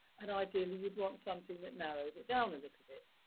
and ideally you'd want something that narrowed it down a little bit.